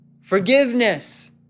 forgiveness